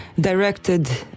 directed